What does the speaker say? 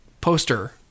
poster